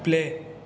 play